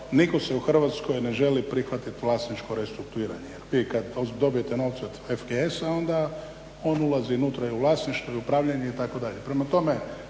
nitko se u Hrvatskoj ne želi prihvatiti vlasničkog restrukturiranja. Jer vi kad dobijete novce od FGS-a onda on ulazi nutra i u vlasništvo i u upravljanje itd.